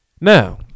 Now